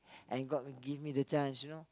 and god give me the chance you know